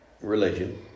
religion